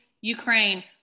Ukraine